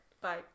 Bye